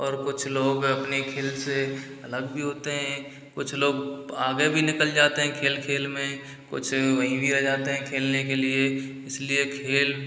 और कुछ लोग अपने खेल से अलग भी होते हैं कुछ लोग आगे भी निकल जाते हैं खेल खेल में कुछ वहीँ भी आ जाते हैं खेलने के लिए इसलिए खेल